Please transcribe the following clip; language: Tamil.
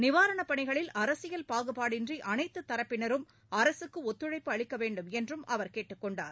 நிவாரணப் பணிகளில் அரசியல் பாகுபாடின்றிஅனைத்துதரப்பினரும் அரசுக்குஒத்துழைப்பு அளிக்கவேண்டும் என்றும் அவர் கேட்டுக் கொண்டார்